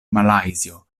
malajzio